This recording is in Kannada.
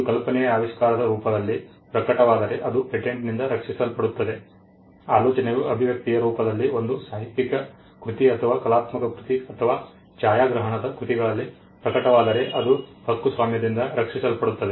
ಒಂದು ಕಲ್ಪನೆಯು ಆವಿಷ್ಕಾರದ ರೂಪದಲ್ಲಿ ಪ್ರಕಟವಾದರೆ ಅದು ಪೇಟೆಂಟ್ನಿಂದ ರಕ್ಷಿಸಲ್ಪಡುತ್ತದೆ ಆಲೋಚನೆಯು ಅಭಿವ್ಯಕ್ತಿಯ ರೂಪದಲ್ಲಿ ಒಂದು ಸಾಹಿತ್ಯಿಕ ಕೃತಿ ಅಥವಾ ಕಲಾತ್ಮಕ ಕೃತಿ ಅಥವಾ ಛಾಯಾಗ್ರಹಣದ ಕೃತಿಗಳಲ್ಲಿ ಪ್ರಕಟವಾದರೆ ಅದು ಹಕ್ಕುಸ್ವಾಮ್ಯದಿಂದ ರಕ್ಷಿಸಲ್ಪಡುತ್ತದೆ